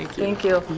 thank you.